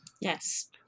Yes